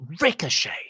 Ricochet